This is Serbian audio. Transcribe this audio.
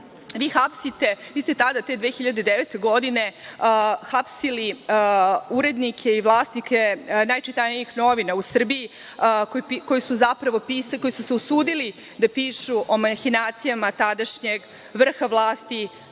hapsite, vi ste tada te 2009. godine hapsili urednike i vlasnike najčitanijih novina u Srbiji, koji su se usudili da pišu o mahinacijama tadašnjeg vrha vlasti